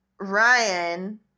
Ryan